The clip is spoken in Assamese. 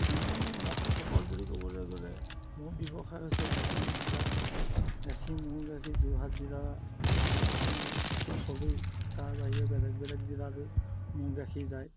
মোৰ গ্ৰাহকসকল বুলি ক'বলৈ গ'লে মোৰ ব্যৱসায় হৈছে গাখীৰ বিকা গাখীৰ মোৰ গাখীৰ যোৰহাট জিলা তো চলেই তাৰ বাহিৰে বেলেগ বেলেগ জিলাতো মোৰ গাখীৰ যায়